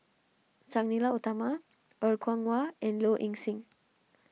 Sang Nila Utama Er Kwong Wah and Low Ing Sing